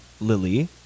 lily